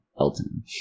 Elton